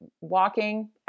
walking